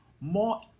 more